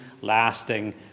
lasting